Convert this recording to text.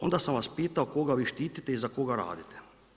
Onda sam vas pitao koga vi štitite i za koga radite?